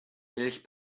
milch